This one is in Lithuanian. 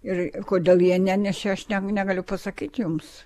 ir kodėl jie nenešė aš negaliu pasakyt jums